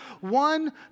one